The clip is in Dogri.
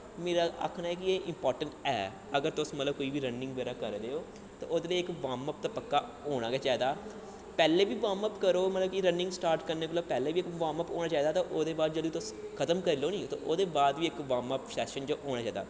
मेरी आखना ऐ कि एह् इंपार्टैंट ऐ अगर तुस मतलब कि कोई बी रनिंग बगैरा करा दे ओ ते ओह्दे लेई इक वार्मअप ते पक्का होना गै चाहिदा पैह्लें बी वार्मअप करो मतलब कि रनिंग स्टार्ट करने कोला पैह्लें बी वार्मअप होना चाहिदा ते ओह्दे बाद बी जेल्लै तुस खतम करी लैओ नी ते ओह्दे बाद बी इक वार्मअप सेशन च होना चाहिदा